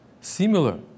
similar